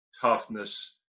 toughness